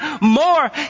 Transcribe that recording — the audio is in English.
more